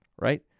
right